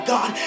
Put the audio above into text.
God